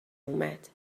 اومد